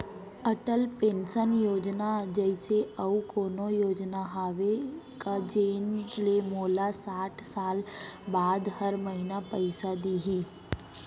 Atal pension Yojana जइसे अऊ कोनो योजना हावे का जेन ले मोला साठ साल बाद हर महीना पइसा दिही?